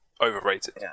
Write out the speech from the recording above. Overrated